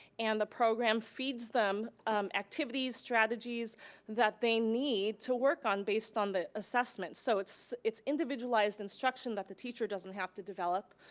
and the program feeds them activities, strategies that they need to work on, based on the assessment. so it's it's individualized instruction that the teacher doesn't have to develop,